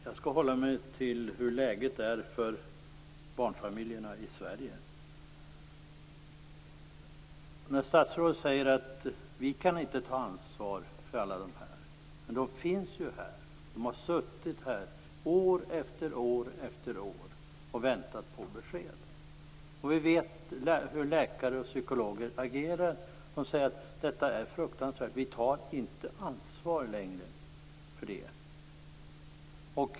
Herr talman! Jag skall hålla mig till hur läget är för barnfamiljerna i Sverige. Statsrådet säger att vi inte kan ta ansvar för alla. Men de finns här, och de har suttit här år efter år och väntat på besked. Vi vet hur läkare och psykologer agerar. De säger att situationen är fruktansvärd och att de inte tar ansvar längre.